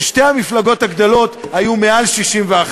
ששתי המפלגות הגדולות היו מעל 61,